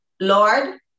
Lord